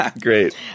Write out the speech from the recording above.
Great